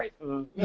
Right